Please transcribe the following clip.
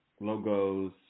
logos